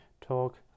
talk